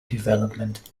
development